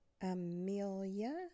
Amelia